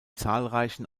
zahlreichen